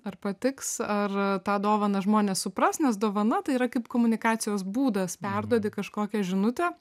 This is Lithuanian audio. ar patiks ar tą dovaną žmonės supras nes dovana tai yra kaip komunikacijos būdas perduodi kažkokią žinutę